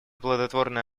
плодотворное